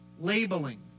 Labeling